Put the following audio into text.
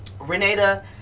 Renata